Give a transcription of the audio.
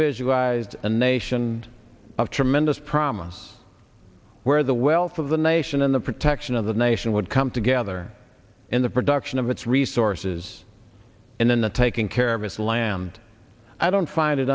visualized a nation of tremendous promise where the wealth of the nation in the protection of the nation would come together in the production of its resources in the taking care of this land i don't find